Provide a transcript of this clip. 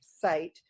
site